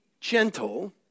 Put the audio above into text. gentle